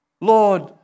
Lord